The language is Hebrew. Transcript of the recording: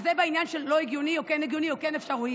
זה בעניין של לא הגיוני או כן הגיוני או אפשר או אי-אפשר.